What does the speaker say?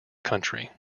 country